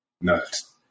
nuts